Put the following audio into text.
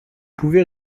pouvez